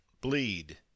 bleed